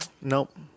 nope